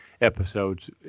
episodes